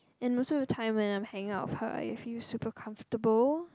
and also the time when I'm hanging out with her I feel super comfortable